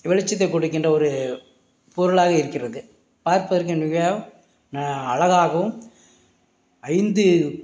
வெளிச்சத்தை கொடுக்கின்ற ஒரு பொருளாக இருக்கிறது பார்ப்பதற்கே மிகவும் அழகாகவும் ஐந்து